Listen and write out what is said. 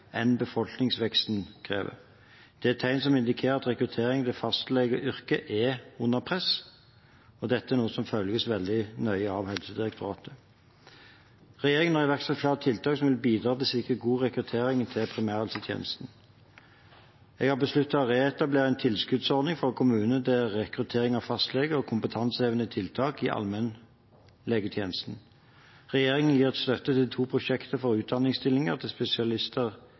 enn det befolkningsveksten krever. Det er tegn som indikerer at rekrutteringen til fastlegeyrket er under press. Dette er noe som følges veldig nøye av Helsedirektoratet. Regjeringen har iverksatt flere tiltak som vil bidra til å sikre god rekruttering til primærhelsetjenesten. Jeg har besluttet å reetablere en tilskuddsordning for kommuner til rekruttering av fastleger og kompetansehevende tiltak i allmennlegetjenesten. Regjeringen gir støtte til to prosjekter for utdanningsstillinger til